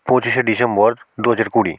পঁচিশে ডিসেম্বর দু হাজার কুড়ি